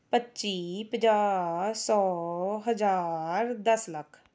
ਪੱਚੀ ਪੰਜਾਹ ਸੌ ਹਜ਼ਾਰ ਦੱਸ ਲੱਖ